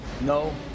No